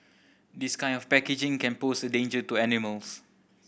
this kind of packaging can pose a danger to animals